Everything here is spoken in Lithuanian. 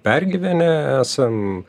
pergyvenę esam